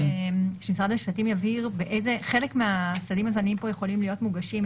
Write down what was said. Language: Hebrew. שמשרד המשפטים יבהיר באיזה חלק מהסעדים הזמניים פה יכולים להיות מוגשים.